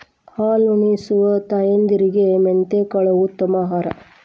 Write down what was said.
ಹಾಲುನಿಸುವ ತಾಯಂದಿರಿಗೆ ಮೆಂತೆಕಾಳು ಉತ್ತಮ ಆಹಾರ